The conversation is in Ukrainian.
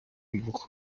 двох